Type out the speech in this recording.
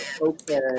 okay